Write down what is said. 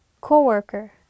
co-worker